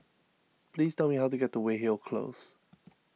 please tell me how to get to Weyhill Close